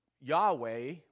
Yahweh